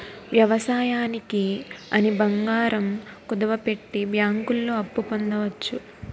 వ్యవసాయానికి అని బంగారం కుదువపెట్టి బ్యాంకుల్లో అప్పు పొందవచ్చు